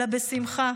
אלא בשמחה,